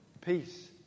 Peace